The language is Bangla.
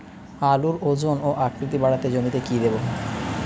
আলুর ওজন ও আকৃতি বাড়াতে জমিতে কি দেবো?